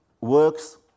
works